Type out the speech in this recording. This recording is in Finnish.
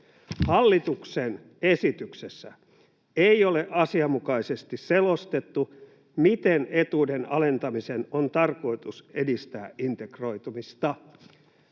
Hallituksen esityksessä ei ole asianmukaisesti selostettu, miten etuuden alentamisen on tarkoitus edistää integroitumista.”